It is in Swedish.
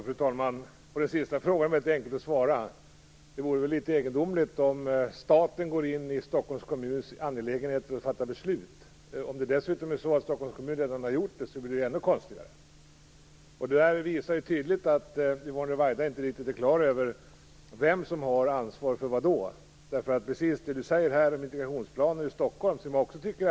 Fru talman! Den sista frågan är enkel att svara på. Det vore väl litet egendomligt om staten går in i Stockholms kommuns angelägenheter och fattar beslut. Om det dessutom är så att Stockholms kommun redan har gjort det blir det ännu konstigare. Det här visar tydligt att Yvonne Ruwaida inte riktigt är klar över vem som har ansvar för vad. Jag tycker också att det är alldeles utmärkt att man har börjat med integrationsplaner i Stockholm.